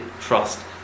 trust